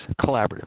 collaborative